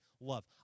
love